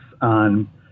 on